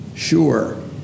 sure